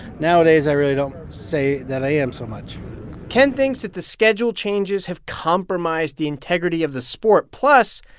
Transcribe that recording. nowadays, i really don't say that i am so much ken thinks that the schedule changes have compromised the integrity of the sport. plus,